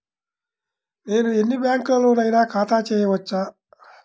నేను ఎన్ని బ్యాంకులలోనైనా ఖాతా చేయవచ్చా?